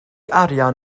arian